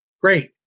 Great